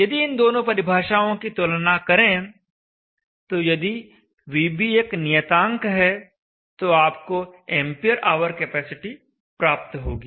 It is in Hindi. यदि इन दोनों परिभाषाओं की तुलना करें तो यदि vb एक नियतांक है तो आपको एंपियर आवर कैपेसिटी प्राप्त होगी